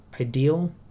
ideal